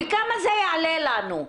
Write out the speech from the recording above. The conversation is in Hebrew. וכמה זה יעלה לנו?